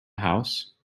house